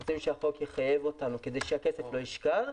אנחנו רוצים שהחוק יחייב אותנו כדי שהכסף לא ישכב,